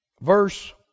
Verse